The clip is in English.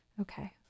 Okay